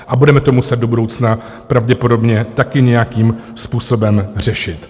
A budeme to muset do budoucna pravděpodobně taky nějakým způsobem řešit.